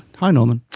hi norman.